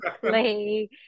play